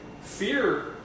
fear